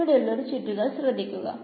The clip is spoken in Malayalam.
ഇവിടെയുള്ള ഈ ചുറ്റുകൾ ശ്രദ്ധിക്കു